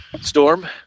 Storm